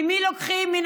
ממי לוקחים?